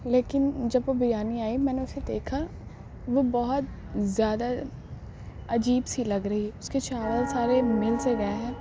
لیکن جب وہ بریانی آئی میں نے اسے دیکھا وہ بہت زیادہ عجیب سی لگ رہی اس کے چاول سارے مل سے گئے ہیں